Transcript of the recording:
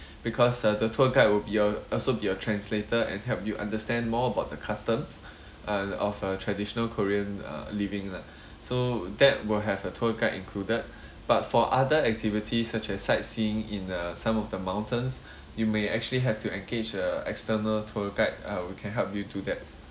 because uh the tour guide will be your also be your translator and help you understand more about the customs uh of a traditional korean uh living ah so that will have a tour guide included but for other activities such as sightseeing in uh some of the mountains you may actually have to engage a external tour guide uh we can help you to do that